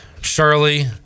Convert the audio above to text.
shirley